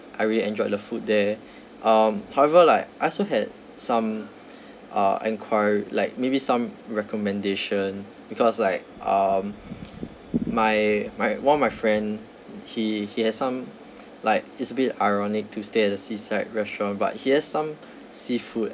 I really enjoyed the food there um however like I also had some uh enqui~ like maybe some recommendation because like um my my one of my friend he he had some like it's a bit ironic to stay at the seaside restaurant but he has some seafood